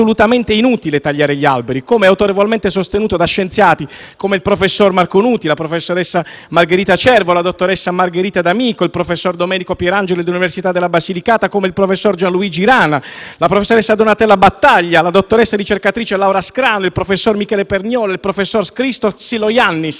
assolutamente inutile tagliare gli alberi, come autorevolmente sostenuto da scienziati, come il professor Marco Nuti, la professoressa Margherita Ciervo, la dottoressa Margherita D'Amico, il professor Domenico Pierangeli, dell'Università della Basilicata, come il professor Gianluigi Rana, la professoressa Donatella Battaglia, la dottoressa e ricercatrice Laura Scrano, il professor Michele Perniola, il professor Cristos Xiloyannis,